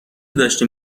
داشتیم